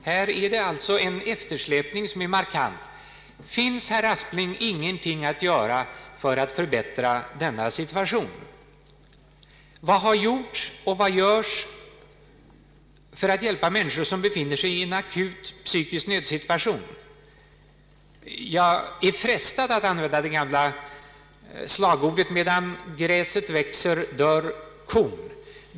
Här råder alltså en markant eftersläpning. Finns, herr Aspling, ingenting att göra för att förbättra denna situation? Vad har gjorts och vad görs för att hjälpa människor som befinner sig i en akut psykisk nödsituation? Jag är frestad att använda det gamla slagordet att medan gräset växer dör kon.